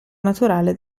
naturale